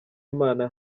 imana